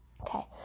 Okay